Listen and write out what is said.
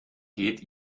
geht